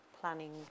planning